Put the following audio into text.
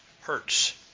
hurts